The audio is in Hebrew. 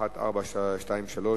1423,